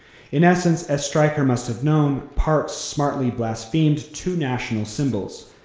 in essence, as stryker must have known, parks smartly blasphemed two national symbols.